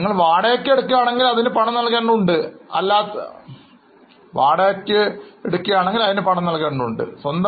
നിങ്ങൾ വാടകയ്ക്ക് എടുക്കുകയാണെങ്കിൽ അതിനു പണം നൽകേണ്ടതുണ്ട് അല്ലാത്തപക്ഷം നൽകേണ്ടതില്ല